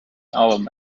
album